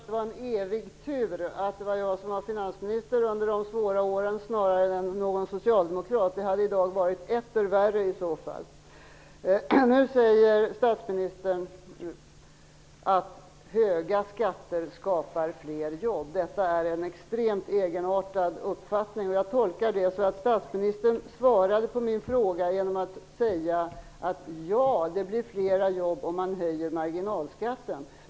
Herr talman! Jag vill påstå att det var en evig tur att det var jag som var finansminister under de svåra åren snarare än någon socialdemokrat. I så fall hade det varit etter värre i dag. Statsministern säger att höga skatter skapar fler jobb. Detta är en extremt egenartad uppfattning. Jag tolkar det så att statsministern svarade på min fråga genom att säga: Ja, det blir fler jobb om man höjer marginalskatten.